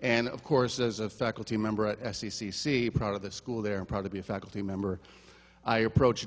and of course as a faculty member at s c c c proud of the school they're proud to be a faculty member i approached